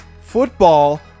football